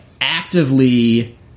actively